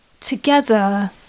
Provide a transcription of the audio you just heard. Together